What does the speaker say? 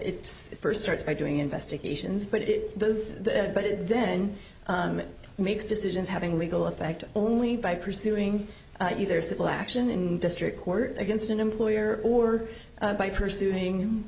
it's first starts by doing investigations but it does but it then makes decisions having legal effect only by pursuing either civil action in district court against an employer or by pursuing